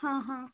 हां हां